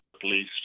police